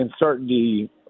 uncertainty